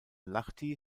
lahti